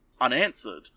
unanswered